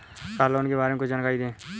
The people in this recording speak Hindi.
कार लोन के बारे में कुछ जानकारी दें?